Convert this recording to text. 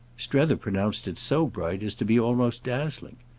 strether pronounced it so bright as to be almost dazzling.